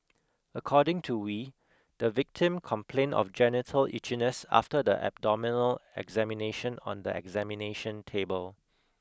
according to Wee the victim complained of genital itchiness after the abdominal examination on the examination table